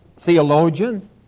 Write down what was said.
theologian